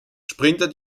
sprinter